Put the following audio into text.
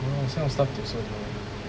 oh no this kind of stuff they also know